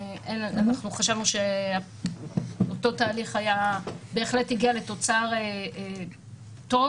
אנחנו חשבנו שאותו תהליך בהחלט הגיע לתוצר טוב